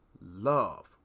love